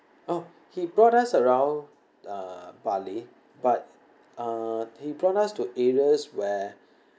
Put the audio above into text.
oh he brought us around uh bali but uh he brought us to areas where